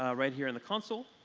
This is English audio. ah right here in the console.